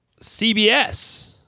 CBS